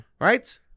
Right